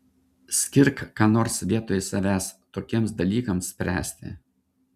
skirk ką nors vietoj savęs tokiems dalykams spręsti